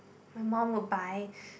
my mum would buy